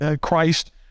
Christ